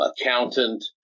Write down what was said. accountant